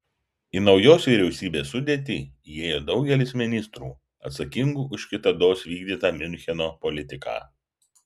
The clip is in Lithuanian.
į naujos vyriausybės sudėtį įėjo daugelis ministrų atsakingų už kitados vykdytą miuncheno politiką